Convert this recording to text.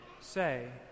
say